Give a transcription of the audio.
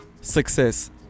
success